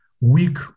weak